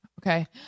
Okay